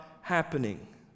happening